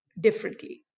differently